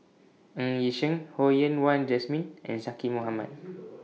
Ng Yi Sheng Ho Yen Wah Jesmine and Zaqy Mohamad